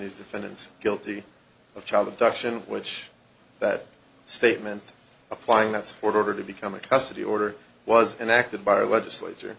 these defendants guilty of child abduction which that statement applying that support order to become a custody order was enacted by a legislature